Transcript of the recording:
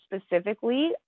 specifically